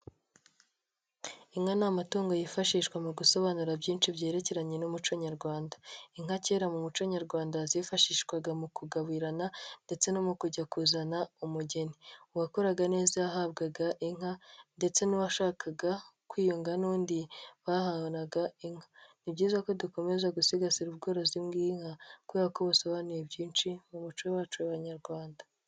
Inka ni amatungo yifashishwa mu gusobanura byinshi byerekeranye n'umuco nyarwanda, inka kera mu muco nyarwanda zifashishwaga mu kugabirana ndetse no mu kujya kuzana umugeni, uwakoraga neza yahabwaga inka ndetse n'uwashakaga kwiyunga n'undi bahanaga inka; ni byiza ko dukomeza gusigasira ubworozi bw'inka kubera ko busobanuye byinshi mu muco wacu w'Abanyarwanda.